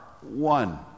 one